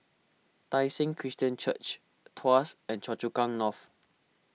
Tai Seng Christian Church Tuas and Choa Chu Kang North